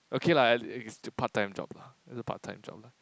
okay lah it's part time job lah part time job